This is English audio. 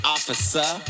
Officer